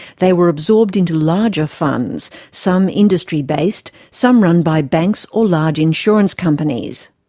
they were absorbed into larger funds, some industry-based, some run by banks or large insurance companies.